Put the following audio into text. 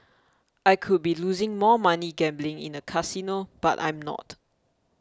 I could be losing more money gambling in a casino but I'm not